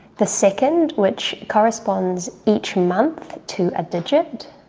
the second, which corresponds each month to a digit.